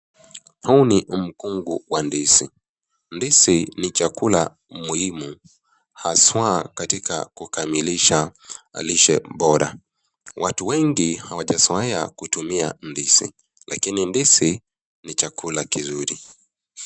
Huu ni mkungu wa ndizi. Ndizi ni chakula muhimu haswa katika kukamilisha lishe bora. Watu wengi hawajazoea kutumia ndizi lakini ndizi ni chakula kizuri.